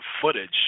footage